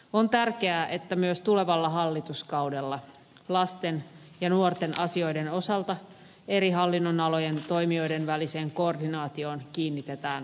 on tärkeää että myös tulevalla hallituskaudella lasten ja nuorten asioiden osalta eri hallinnonalojen toimijoiden väliseen koordinaatioon kiinnitetään erityistä huomiota